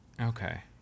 Okay